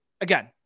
again –